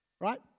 right